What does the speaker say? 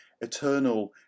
eternal